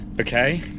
Okay